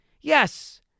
Yes